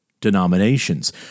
denominations